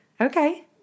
okay